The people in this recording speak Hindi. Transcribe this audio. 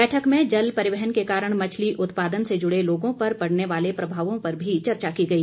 बैठक में जल परिवहन के कारण मछली उत्पादन से जुड़े लोगों पर पड़ने वाले प्रभावों पर भी चर्चा की गई